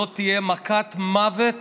זאת תהיה מכת מוות